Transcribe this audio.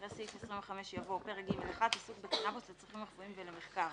אחרי סעיף 25 יבוא: "פרק ג'1: עיסוק בקנבוס לצרכים רפואיים ולמחקר